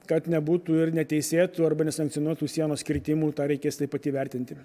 kad nebūtų ir neteisėtų arba nesankcionuotų sienos kirtimų tą reikės taip pat įvertinti